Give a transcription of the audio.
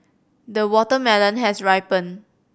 the watermelon has ripened